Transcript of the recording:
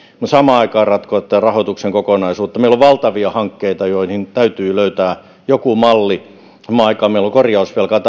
mutta samaan aikaan pitäisi ratkoa tätä rahoituksen kokonaisuutta meillä on valtavia hankkeita joihin täytyy löytää joku malli samaan aikaan meillä on korjausvelkaa